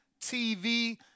TV